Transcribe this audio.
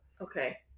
Okay